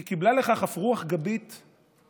היא קיבלה לכך אף רוח גבית מהתקשורת,